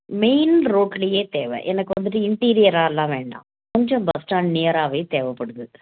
main ரோட்லையே தேவை எனக்கு வந்துட்டு இன்டீரியராலாம் வேண்டாம் கொஞ்சம் பஸ் ஸ்டாண்ட் நியராகவே தேவைப்படுது